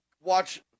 watch